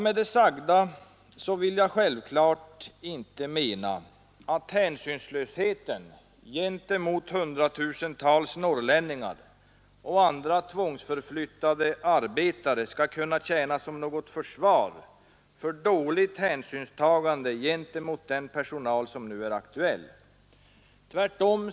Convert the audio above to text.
Med det sagda menar jag självfallet inte att hänsynslösheten gentemot hundratusentals norrlänningar och andra tvångsförflyttade arbetare skulle kunna tjäna som något försvar för ett dåligt hänsynstagande gentemot den personal som nu är aktuell för förflyttning.